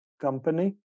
company